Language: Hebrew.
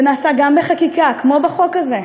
זה נעשה גם בחקיקה, כמו בחוק הזה,